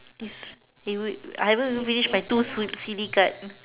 is it would I haven even finish my two si~ silly card